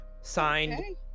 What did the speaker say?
signed